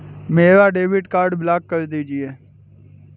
मेरा debit card block कर दीजिए